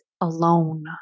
alone